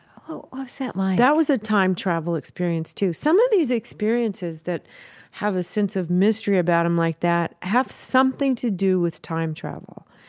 what was that like? that was a time travel experience too. some of these experiences that have this sense of mystery about them like that have something to do with time travel.